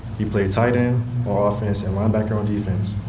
he played tight end on offense and linebacker on defense.